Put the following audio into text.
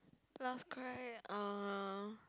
last cry uh